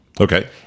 okay